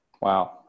Wow